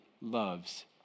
loves